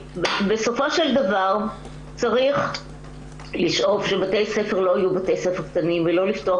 בסופו של דבר צריך לשאוף שבתי הספר לא יהיו בתי ספר קטנים ולא לפתוח